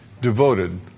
Devoted